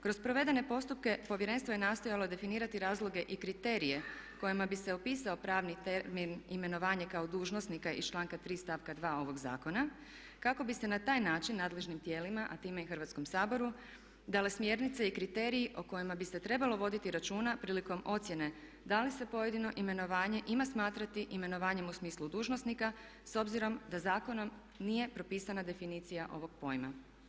Kroz provedene postupke Povjerenstvo je nastojalo definirati razloge i kriterije kojima bi se opisao pravni termin imenovanje kao dužnosnika iz članka 3. stavka 2. ovog zakona kako bi se na taj način nadležnim tijelima, a time i Hrvatskom saboru dale smjernice i kriteriji o kojima bi se trebalo voditi računa prilikom ocjene da li se pojedino imenovanje ima smatrati imenovanjem u smislu dužnosnika s obzirom da zakonom nije propisana definicija ovog pojma.